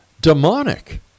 demonic